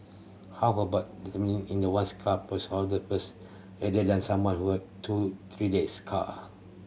how about in the once cup the first than some who are two three days car